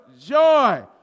joy